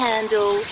Handle